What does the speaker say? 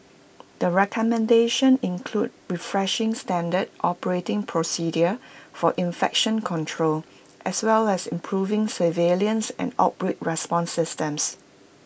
the recommendations include refreshing standard operating procedures for infection control as well as improving surveillance and outbreak response systems